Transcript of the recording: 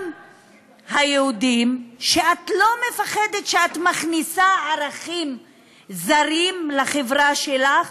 גם היהודים: את לא מפחדת שאת מכניסה ערכים זרים לחברה שלך?